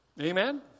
Amen